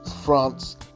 France